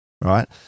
Right